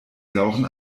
sauren